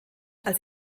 als